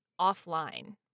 offline